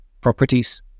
properties